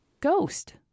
ghost